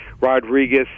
Rodriguez –